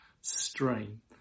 stream